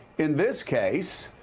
in this case,